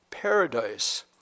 paradise